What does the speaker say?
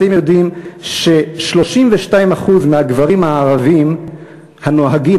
אתם יודעים ש-32% מהגברים הערבים הנוהגים,